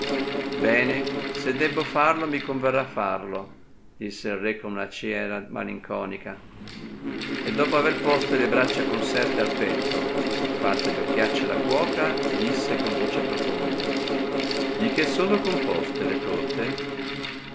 bene se debbo farlo mi converrà farlo disse il re con una ciera malinconica e dopo aver poste le braccia conserte al petto e fatto gli occhiacci alla cuoca disse con voce profonda di che sono composte le torte